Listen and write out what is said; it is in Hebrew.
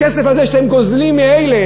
הכסף הזה שאתם גוזלים מאלה,